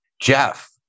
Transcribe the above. Jeff